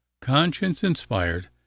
conscience-inspired